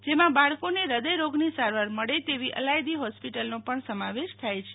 જેમાં બાળકોને હ્યદયરોગની સારવાર મળે તેવી અલાયદી હોસ્પિટલનો પણ સમાવેશ થાય છે